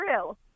true